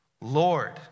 Lord